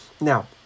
now